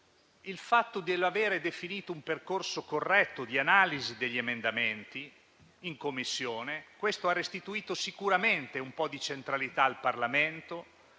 il fatto di aver definito un percorso corretto di analisi degli emendamenti in Commissione. Questo ha restituito sicuramente un po' di centralità al Parlamento;